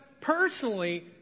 personally